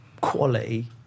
quality